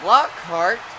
Lockhart